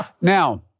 Now